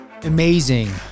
amazing